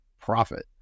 profit